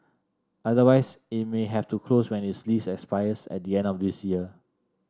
otherwise it may have to close when its lease expires at the end of this year